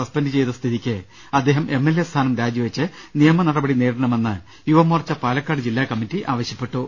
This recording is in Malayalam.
സസ്പെന്റ് ചെയ്ത സ്ഥിതിക്ക് അദ്ദേഹം എം എൽ എ സ്ഥാനം രാജി വെച്ച് നിയമ നടപടി നേരിടണമെന്ന് യുവമോർച്ച പാലക്കാട് ജില്ലാ കമ്മറ്റി ആവശ്യപെട്ടു